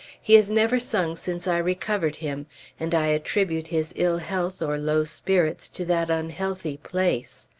he has never sung since i recovered him and i attribute his ill health or low spirits to that unhealthy place,